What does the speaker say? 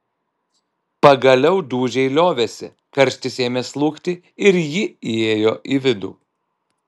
pagaliau dūžiai liovėsi karštis ėmė slūgti ir ji įėjo į vidų